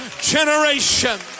generation